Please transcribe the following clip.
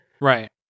Right